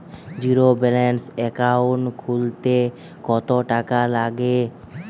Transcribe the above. Zero balance account খুলতে কত টাকা লাগে?